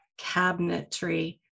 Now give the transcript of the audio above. cabinetry